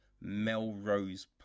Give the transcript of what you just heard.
Melrose